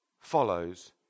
follows